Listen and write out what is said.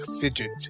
Fidget